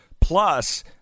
plus